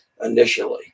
initially